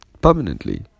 permanently